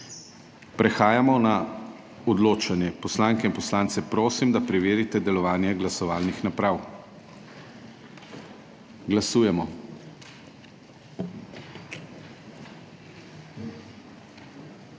Prehajamo na odločanje. Poslanke in poslance prosim, da preverite delovanje glasovalnih naprav. Glasujemo.